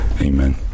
Amen